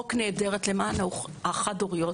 חוק נהדרת למען אימהות חד-הוריות,